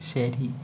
ശരി